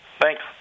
Thanks